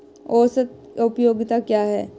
औसत उपयोगिता क्या है?